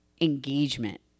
engagement